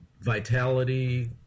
vitality